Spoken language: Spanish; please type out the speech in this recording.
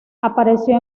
apareció